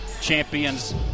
champions